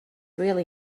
really